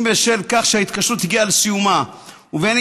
אם בשל כך שההתקשרות הגיעה לסיומה ואם